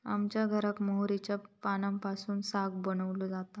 आमच्या घराक मोहरीच्या पानांपासून साग बनवलो जाता